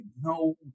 no